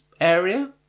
area